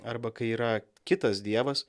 arba kai yra kitas dievas